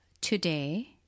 today